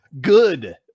Good